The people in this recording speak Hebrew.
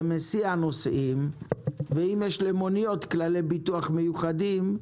זה מסיע נוסעים ואם יש למוניות כללי ביטוח מיוחדים,